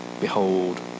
Behold